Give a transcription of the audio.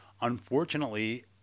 unfortunately